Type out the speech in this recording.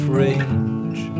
range